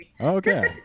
okay